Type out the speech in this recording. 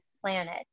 planet